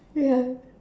ya